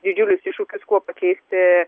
didžiulis iššūkis kuo pakeisti